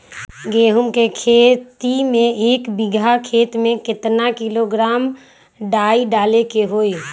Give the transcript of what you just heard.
गेहूं के खेती में एक बीघा खेत में केतना किलोग्राम डाई डाले के होई?